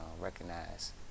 recognize